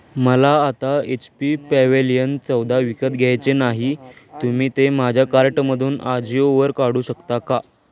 मला आता H P pavilion चौदा विकत घ्यायचे नाही तुम्ही ते माझ्या कार्टमधून आजिओवर काढू शकता का